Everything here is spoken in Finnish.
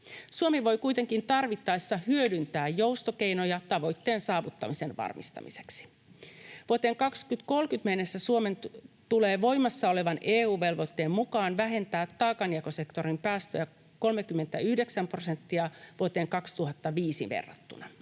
Suomi voi kuitenkin tarvittaessa hyödyntää joustokeinoja tavoitteen saavuttamisen varmistamiseksi. Vuoteen 2030 mennessä Suomen tulee voimassa olevan EU-velvoitteen mukaan vähentää taakanjakosektorin päästöjä 39 prosenttia vuoteen 2005 verrattuna.